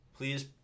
Please